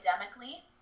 academically